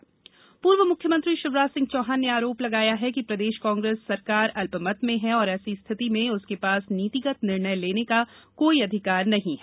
चौहान बयान पूर्व मुख्यमंत्री शिवराज सिंह चौहान ने आरोप लगाया कि प्रदेश कांग्रेस सरकार अल्पमत में है और ऐसी स्थिति में उसके पास नीतिगत निर्णय लेने का कोई अधिकार नहीं है